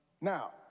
Now